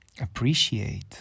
appreciate